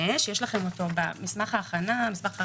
ההקמה של המינהלת קבעה למינהלת שלוש סמכויות